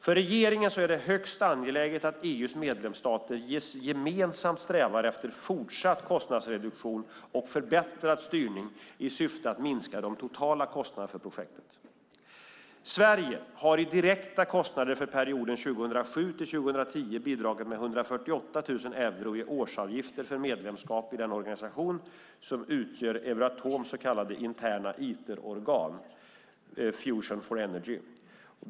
För regeringen är det högst angeläget att EU:s medlemsstater gemensamt strävar efter fortsatt kostnadsreduktion och förbättrad styrning i syfte att minska de totala kostnaderna för projektet. Sverige har i direkta kostnader för perioden 2007-2010 bidragit med 148 000 euro i årsavgifter för medlemskap i den organisation som utgör Euratoms så kallade interna Iterorgan, Fusion for Energy.